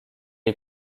est